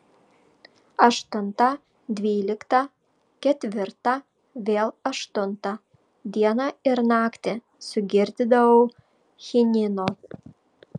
aštuntą dvyliktą ketvirtą vėl aštuntą dieną ir naktį sugirdydavau chinino